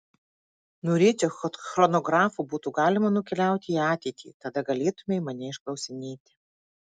norėčiau kad chronografu būtų galima nukeliauti į ateitį tada galėtumei mane išklausinėti